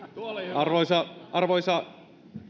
arvoisa arvoisa